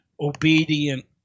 obedient